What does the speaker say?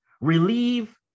relieve